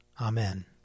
Amen